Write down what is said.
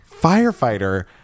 firefighter